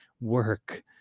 work